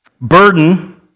Burden